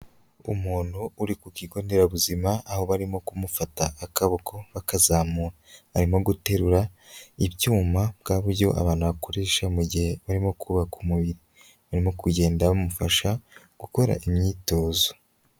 Umuntu uri ku kigo nderabuzima, aho barimo kumufata akaboko, bakazamura. Arimo guterura ibyuma, bwa buryo abantu bakoresha, mu gihe barimo kubaka umubiri. Barimo kugenda bamufasha, gukora imyitozo.